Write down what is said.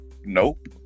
Nope